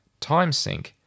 TimeSync